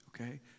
okay